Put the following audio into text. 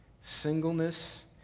singleness